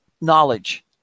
knowledge